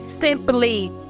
simply